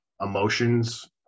emotions